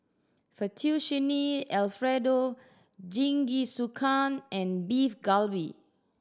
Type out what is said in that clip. Fettuccine Alfredo Jingisukan and Beef Galbi